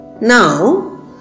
Now